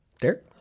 Derek